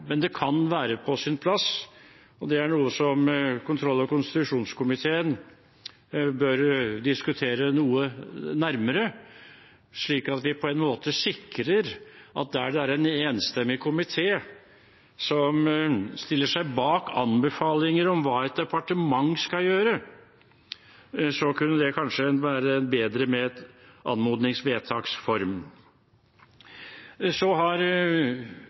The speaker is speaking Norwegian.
men det kan være på sin plass. Dette er noe som kontroll- og konstitusjonskomiteen bør diskutere noe nærmere, slik at vi på en måte sikrer at der det er en enstemmig komité som stiller seg bak anbefalinger om hva et departement skal gjøre, kunne det kanskje være bedre med et anmodningsvedtaks form. Så har